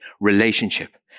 Relationship